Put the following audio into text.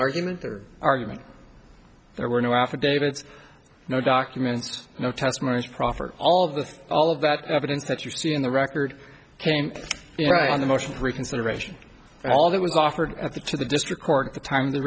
argument or argument there were no affidavits no documents no testimonies proffered all of this all of that evidence that you see in the record came out on the motion reconsideration all that was offered at the to the district court at the time the